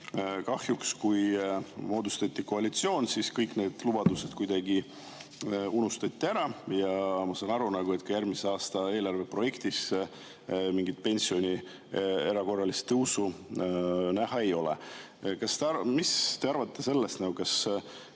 Kahjuks siis, kui moodustati koalitsioon, kõik need lubadused unustati ära. Ja ma saan aru, et ka järgmise aasta eelarve projektis mingit pensioni erakorralist tõusu näha ei ole. Mis te arvate, kui